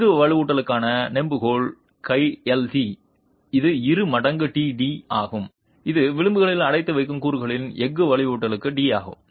எஃகு வலுவூட்டலுக்கான நெம்புகோல் கை எல் டி இது 2 மடங்கு டி2 ஆகும் இது விளிம்பில் அடைத்து வைக்கும் கூறுகளில் எஃகு வலுவூட்டலுக்கு டி ஆகும்